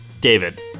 David